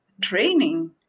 training